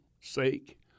sake